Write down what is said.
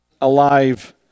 alive